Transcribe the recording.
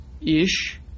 ish